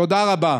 תודה רבה.